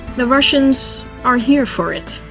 the russians are here for it.